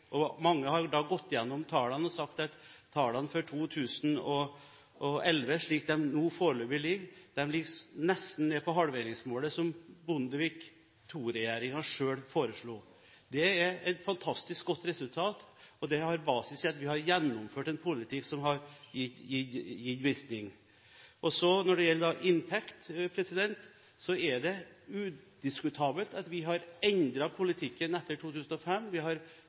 Mange har gått gjennom tallene og sagt at tallene for 2011, slik de nå foreløpig ligger, er nesten nede på halveringsmålet som regjeringen Bondevik II selv foreslo. Det er et fantastisk godt resultat, og det har basis i at vi har gjennomført en politikk som har gitt virkning. Når det gjelder inntekt, er det udiskutabelt at vi har endret politikken etter 2005.